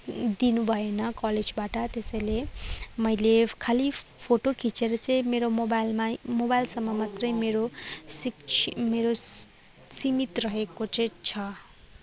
दिनु भएन कलेजबाट त्यसैले मैले खाली फोटो खिचेर चाहिँ मेरो मोबाइलमै मोबाइलसम्म मात्रै मेरो शिक्षि मेरो सीमित रहेको चाहिँ छ